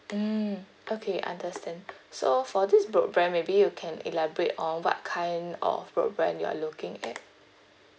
mm okay understand so for this broadband maybe you can elaborate on what kind of broadband you are looking at